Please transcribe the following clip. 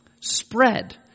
spread